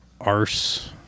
Arse